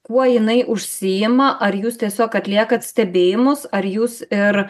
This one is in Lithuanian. kuo jinai užsiima ar jūs tiesiog atliekat stebėjimus ar jūs ir